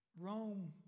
Rome